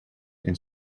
and